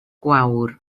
gwawr